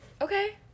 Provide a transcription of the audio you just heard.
Okay